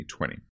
2020